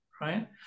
right